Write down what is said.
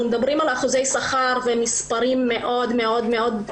אנחנו מדברים על שיעורי שכר במספרים נמוכים מאוד נכון